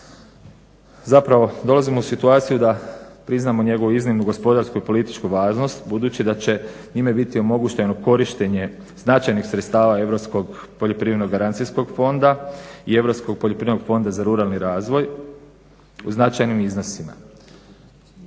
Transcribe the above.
zapravo dolazimo u situaciju da priznamo njegovu iznimnu gospodarsku i političku važnost budući da će time biti omogućeno korištenje značajnih sredstava Europskog poljoprivrednog, garancijskog fonda i Europskog poljoprivrednog fonda za ruralni razvoj u značajnim iznosima.